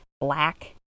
black